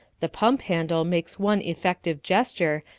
the pump handle makes one effective gesture,